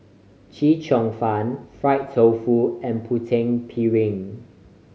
Chee Cheong Fun fried tofu and Putu Piring